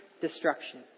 destruction